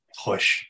push